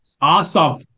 Awesome